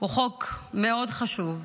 הוא חוק מאוד חשוב.